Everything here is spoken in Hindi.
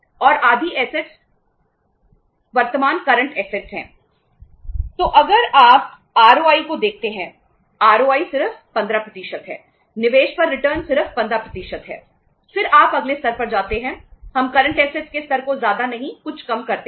तो अगर आप ROI को देखते हैं